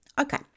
Okay